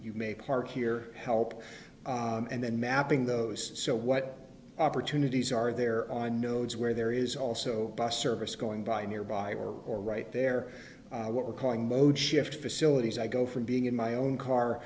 you may park here help and then mapping those so what opportunities are there on nodes where there is also bus service going by nearby or or right there what we're calling mode shift facilities i go from being in my own car